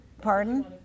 Pardon